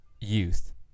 youth